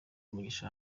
mugisha